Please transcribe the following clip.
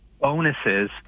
bonuses